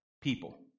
people